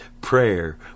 prayer